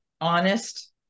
Honest